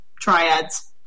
triads